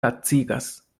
lacigas